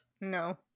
No